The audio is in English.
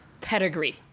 pedigree